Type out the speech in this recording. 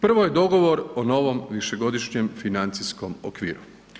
Prvo je dogovor o novom višegodišnjem financijskom okviru.